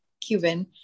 Cuban